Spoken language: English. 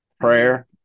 Prayer